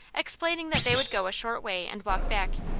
explaining that they would go a short way and walk back.